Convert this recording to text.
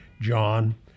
John